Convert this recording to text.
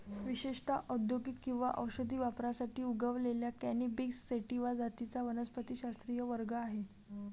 विशेषत औद्योगिक किंवा औषधी वापरासाठी उगवलेल्या कॅनॅबिस सॅटिवा जातींचा वनस्पतिशास्त्रीय वर्ग आहे